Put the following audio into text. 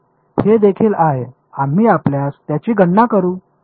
हे देखील आहे आम्ही आपल्यास त्याची गणना करू